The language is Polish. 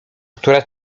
która